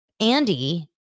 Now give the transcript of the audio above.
Andy